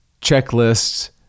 checklists